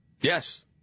Yes